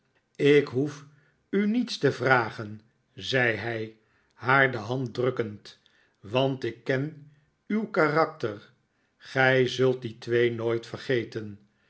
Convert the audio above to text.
ik hoef u niets te vragen zei hij haar de hand drukkend want ik ken uw karakter gij zult die twee nooit vergeten